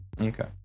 Okay